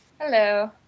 Hello